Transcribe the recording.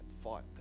Fight